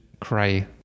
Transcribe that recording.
cray